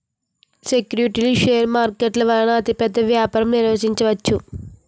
సెక్యూరిటీలు షేర్ మార్కెట్ల వలన అతిపెద్ద వ్యాపారం నిర్వహించవచ్చు